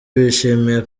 bishimiye